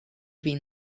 been